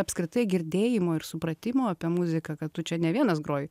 apskritai girdėjimo ir supratimo apie muziką kad tu čia ne vienas groji